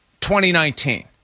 2019